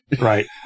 right